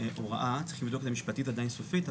הוראה צריך לבדוק את זה משפטית עדיין סופית,